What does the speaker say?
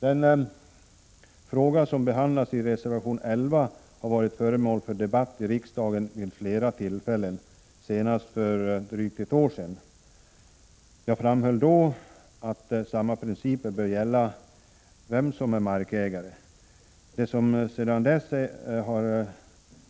Den fråga som behandlas i reservation 11 har varit föremål för debatt i riksdagen vid flera tillfällen, senast för drygt ett år sedan. Jag framhöll då att samma principer bör gälla beträffande markägaren.